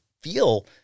feel